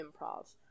improv